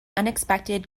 unexpected